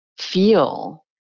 feel